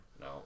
No